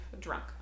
drunk